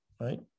right